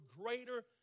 greater